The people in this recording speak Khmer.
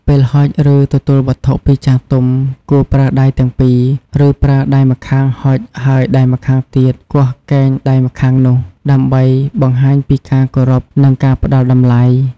ពេលហុចឬទទួលវត្ថុពីចាស់ទុំ គួរ ប្រើដៃទាំងពីរ ឬប្រើដៃម្ខាងហុចហើយដៃម្ខាងទៀតគោះកែងដៃម្ខាងនោះ ដើម្បីបង្ហាញពីការគោរព និងការផ្ដល់តម្លៃ។